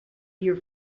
your